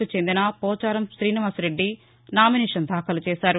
కు చెందిన పోచారం శ్రీనివాస్రెడ్డి నామినేషన్ దాఖలు చేశారు